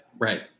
Right